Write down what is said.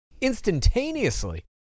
instantaneously